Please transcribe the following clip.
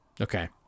Okay